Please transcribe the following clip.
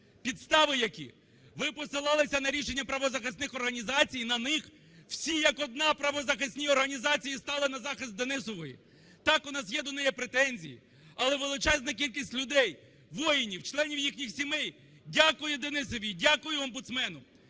Підстави які? Ви посилалися на рішення правозахисних організацій, на них? Всі як одна правозахисні організації стали на захист Денісової. Так, у нас є до неї претензії, але величезна кількість людей, воїнів, членів їхніх сімей дякує Денісовій, дякує омбудсмену.